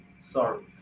sorry